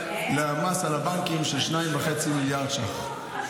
על המס על הבנקים של 2.5 מיליארד ש"ח.